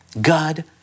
God